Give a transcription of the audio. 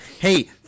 hey